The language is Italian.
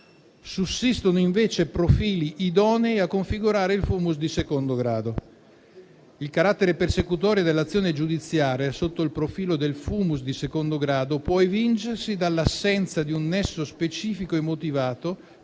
Sussistono invece profili idonei a configurare il *fumus* di secondo grado. Il carattere persecutorio dell'azione giudiziaria, sotto il profilo del *fumus* di secondo grado, può evincersi dall'assenza di un nesso specifico e motivato